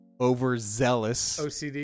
overzealous